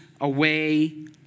away